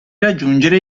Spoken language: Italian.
raggiungere